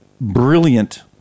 brilliant